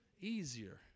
Easier